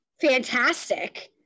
fantastic